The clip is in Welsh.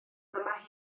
dyma